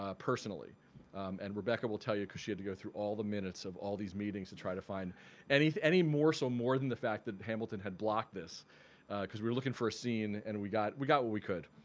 ah personally and rebecca will tell you because she had to go through all the minutes of all these meetings to try to find any any morsel than the fact that hamilton had blocked this because we were looking for a scene and we got we got what we could.